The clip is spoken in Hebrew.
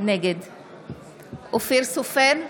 נגד אופיר סופר,